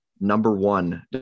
number-one